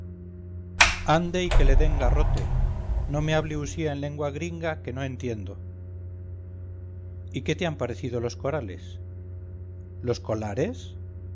ande y que le den garrote no me hable usía en lengua gringa que no entiendo y qué te han parecido los corales los colares